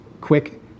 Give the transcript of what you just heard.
Quick